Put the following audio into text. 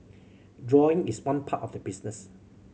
drawing is one part of the business